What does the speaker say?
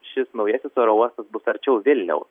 šis naujasis oro uostas bus arčiau vilniaus